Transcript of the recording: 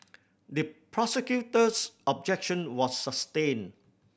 the prosecutor's objection was sustained